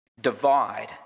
divide